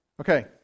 Okay